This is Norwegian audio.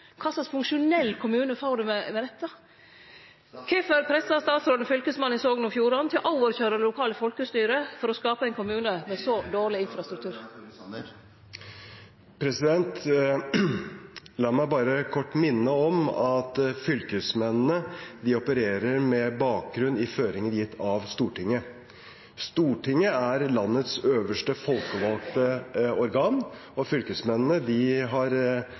slags funksjonell kommune får ein med dette? Kvifor pressar statsråden fylkesmannen i Sogn og Fjordane til å overkøyre lokale folkestyre for å skape ein kommune med så dårleg infrastruktur? La meg kort minne om at fylkesmennene opererer med bakgrunn i føringer gitt av Stortinget. Stortinget er landets øverste folkevalgte organ, og fylkesmennene har